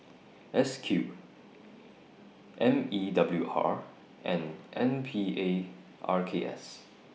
S Q M E W R and N P A R K S